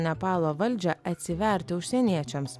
nepalo valdžią atsiverti užsieniečiams